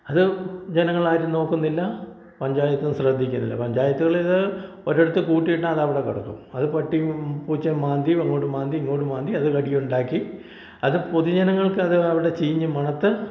അത് ജനങ്ങളാരും നോക്കുന്നില്ല പഞ്ചായത്തും ശ്രദ്ധിക്കുന്നില്ല പഞ്ചായത്തുകൾ ഇത് ഒരിടത്ത് കൂട്ടിയിട്ടാൽ അത് അവിടെ കിടക്കും അത് പട്ടിയും പൂച്ചയും മാന്തി അങ്ങോട്ട് മാന്തി ഇങ്ങോട്ട് മാന്തി അത് കടിയുണ്ടാക്കി അത് പൊതുജനങ്ങൾക്ക് അത് അവിടെ ചീഞ്ഞ് മണത്ത്